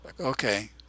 Okay